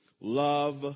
Love